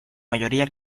mayoría